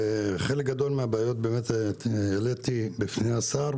חלק גדול מהבעיות העליתי בפני השר,